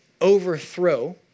overthrow